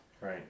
Right